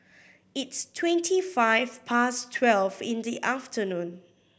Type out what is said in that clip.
its twenty five past twelve in the afternoon